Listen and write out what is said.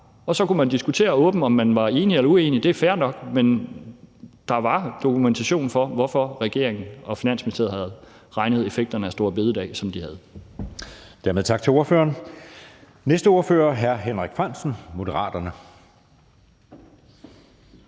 og så kunne man diskutere åbent, om man var enig eller uenig – det er fair nok – men der var dokumentation for, hvorfor regeringen og Finansministeriet havde regnet på effekterne af det her med store bededag, som de havde.